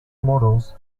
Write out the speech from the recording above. models